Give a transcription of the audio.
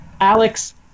Alex